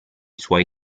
suoi